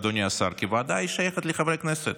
אדוני השר, כי הוועדה שייכת לחברי הכנסת,